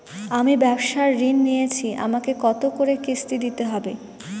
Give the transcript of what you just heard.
আমি ব্যবসার ঋণ নিয়েছি আমাকে কত করে কিস্তি দিতে হবে?